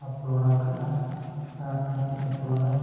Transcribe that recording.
upload ᱟᱠᱟᱜᱼᱟ ᱟᱨ ᱵᱟᱹᱧ ᱟᱯᱞᱳᱰᱟ